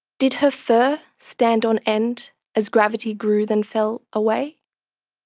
did her fur stand on end as gravity grew then fell away?